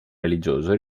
religioso